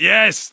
Yes